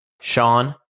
Sean